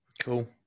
Cool